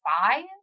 five